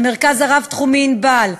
המרכז הרב-תחומי "ענבל",